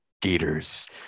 Gators